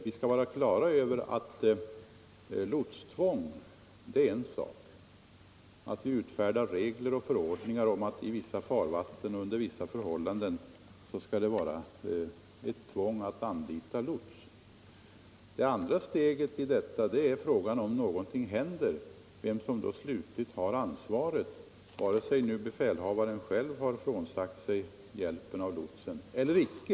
Vi skall vara klara över att det är en sak att utfärda regler och förordningar om att i vissa farvatten och under vissa förhållanden gäller ett tvång att anlita lots, medan det är en annan sak vem som har det slutliga ansvaret om någonting händer, oavsett om befälhavaren själv har frånsagt sig hjälp av lotsen eller icke.